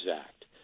Act